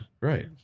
Right